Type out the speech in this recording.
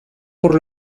por